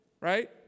Right